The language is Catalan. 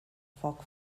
foc